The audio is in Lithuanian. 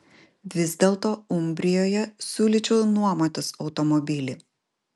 vis dėlto umbrijoje siūlyčiau nuomotis automobilį